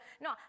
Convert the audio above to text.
No